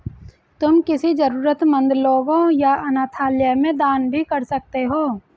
तुम किसी जरूरतमन्द लोगों या अनाथालय में दान भी कर सकते हो